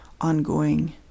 ongoing